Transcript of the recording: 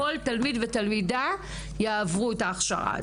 כל תלמיד ותלמידה יעברו את ההכשרה הזאת?